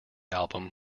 album